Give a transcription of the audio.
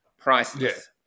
Priceless